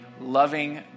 loving